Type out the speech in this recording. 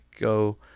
go